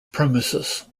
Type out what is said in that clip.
premises